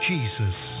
Jesus